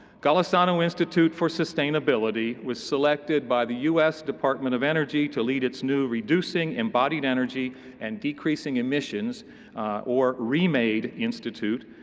golisano institute for sustainability was selected by the u s. department of energy to lead its new reducing embodied-energy and decreasing emissions or remade institute,